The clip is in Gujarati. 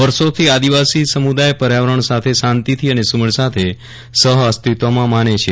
વર્ષોથી આદિવાસી સમુદાય પર્યાવરણ સાથે શાંતિથી અને સુમેળ સાથે સહઅસ્તિત્વમાં માને છે